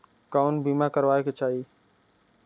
कउन बीमा करावें के चाही?